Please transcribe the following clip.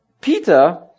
Peter